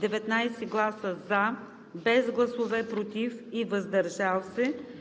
19 гласа „за“, без гласове „против“ и „въздържал се“,